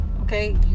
okay